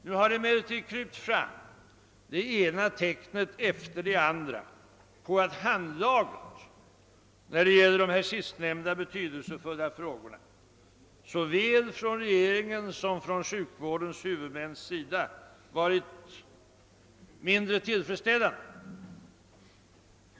Nu har vi emellertid fått se det ena tecknet efter det andra, som visar att handläggningen av dessa betydelsefulla frågor såväl av regeringen som sjukvårdshuvudmännen varit mindre tillfredsställande.